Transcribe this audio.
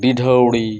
ᱰᱤᱰᱷᱟᱹᱣᱲᱤ